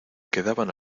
quedaban